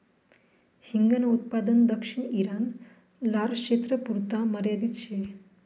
हिंगन उत्पादन दक्षिण ईरान, लारक्षेत्रपुरता मर्यादित शे